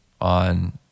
on